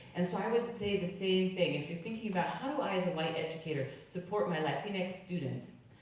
and so i would say the same thing. if you're thinking about, how do i as a white educator support my latinx students?